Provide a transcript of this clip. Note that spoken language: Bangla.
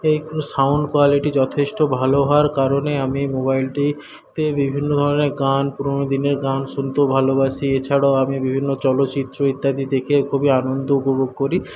এই সাউন্ড কোয়ালিটি যথেষ্ট ভালো হওয়ার কারণে আমি মোবাইলটিতে বিভিন্ন ধরনের গান পুরোনো দিনের গান শুনতেও ভালোবাসি এছাড়াও আমি বিভিন্ন চলচ্চিত্র ইত্যাদি দেখে খুবই আনন্দ উপভোগ করি